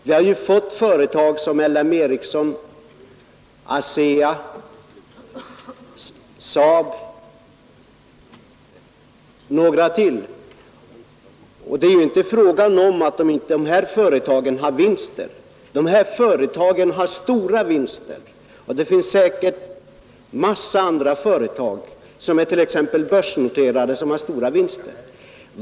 Vi har fått företag som L M Ericsson, ASEA, SAAB och Scania till Norrbotten. Det är inte fråga om att inte dessa företag ger vinst. Dessa företag har stora vinster, och det finns säkert en mängd andra företag, t.ex. de börsnoterade, som ger stora vinster.